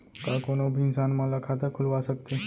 का कोनो भी इंसान मन ला खाता खुलवा सकथे?